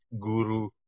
guru